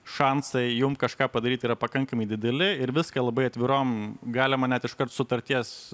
šansai jum kažką padaryt yra pakankamai dideli ir viską labai atvirom galima net iškart sutarties